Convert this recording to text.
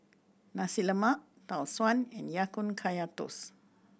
Nasi Lemak Tau Suan and Ya Kun Kaya Toast